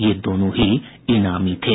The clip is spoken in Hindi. ये दोनों ही ईनामी थे